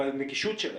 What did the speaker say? בנגישות שלהם,